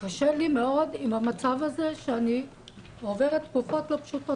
קשה לי מאוד עם המצב הזה שאני עוברת תקופות לא פשוטות,